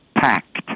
packed